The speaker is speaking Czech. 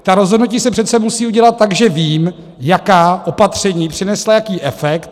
Ta rozhodnutí se přece musí udělat tak, že vím, jaká opatření přinesla jaký efekt.